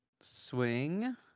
Swing